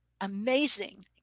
amazing